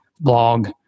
blog